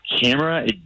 camera